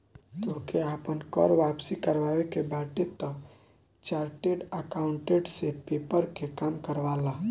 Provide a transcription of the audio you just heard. तोहके आपन कर वापसी करवावे के बाटे तअ चार्टेड अकाउंटेंट से पेपर के काम करवा लअ